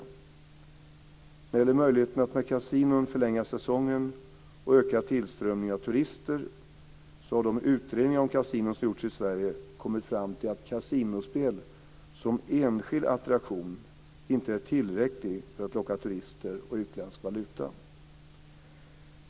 När det gäller möjligheten att med kasinon förlänga säsongen och öka tillströmningen av turister har de utredningar om kasinon som gjorts i Sverige kommit fram till att kasinospel som enskild attraktion inte är tillräckligt för att locka turister och utländsk valuta.